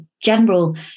general